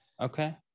Okay